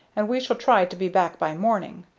and we shall try to be back by morning.